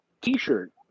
t-shirt